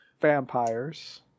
vampires